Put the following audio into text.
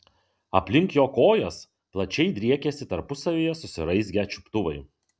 aplink jo kojas plačiai driekėsi tarpusavyje susiraizgę čiuptuvai